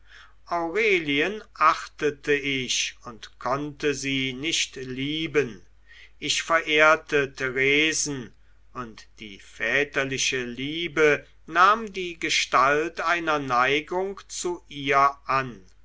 aurelien achtete ich und konnte sie nicht lieben ich verehrte theresen und die väterliche liebe nahm die gestalt einer neigung zu ihr an